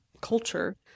culture